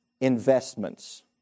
investments